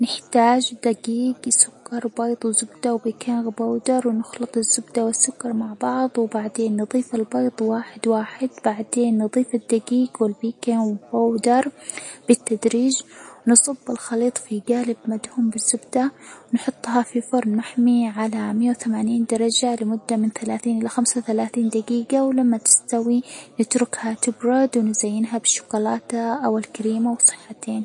نحتاج دجيج، سكر، بيض، زبدة، وبيكنج بودر، نخلط الزبدة والسكر مع بعض، وبعدين نضيف البيض واحد واحد، بعدين نضيف الدجيج والبيكنج بودر بالتدريج، نصب الخليط في جالب مدهون بالزبدة، ونحطها في فرن محمى على مائة و ثمانين درجة لمدة من ثلاثين إلى خمسة و ثلاثين دجيجة، و لما تستوي نتركها تبرد ونزينها بالشوكولاتة أو الكريمة، وصحتين!